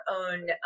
own